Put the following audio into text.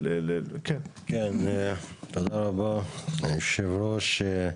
תודה רבה, היושב-ראש.